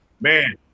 Man